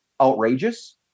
outrageous